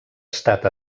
estat